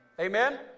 Amen